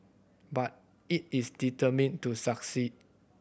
but it is determined to succeed